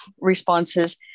responses